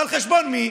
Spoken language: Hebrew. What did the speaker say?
ועל חשבון מי?